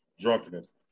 drunkenness